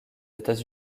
états